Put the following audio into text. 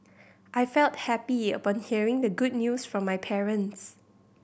I felt happy upon hearing the good news from my parents